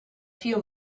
few